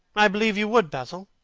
i believe you would, basil.